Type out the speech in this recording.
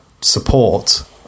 support